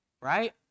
right